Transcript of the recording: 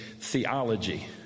theology